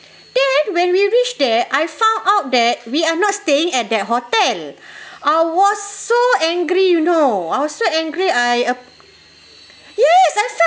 then when we reached there I found out that we are not staying at that hotel I was so angry you know I was so angry I uh yes exactly